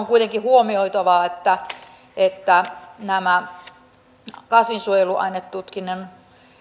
kuitenkin huomioitavaa että että nämä kasvinsuojeluainetutkinnon